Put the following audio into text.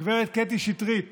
גב' קטי שטרית